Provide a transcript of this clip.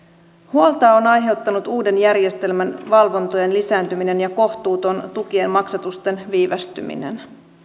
huolta on aiheuttanut uuden järjestelmän valvontojen lisääntyminen ja kohtuuton tukien maksatusten viivästyminen